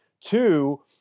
Two